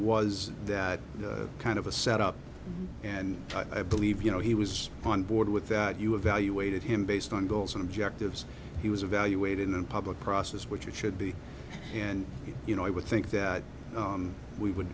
was that kind of a set up and i believe you know he was on board with that you evaluated him based on goals and objectives he was evaluated in public process which it should be and you know i would think that we would